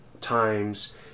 Times